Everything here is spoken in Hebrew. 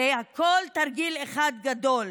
הרי הכול תרגיל אחד גדול,